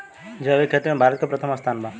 जैविक खेती में भारत के प्रथम स्थान बा